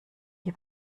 die